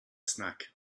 snack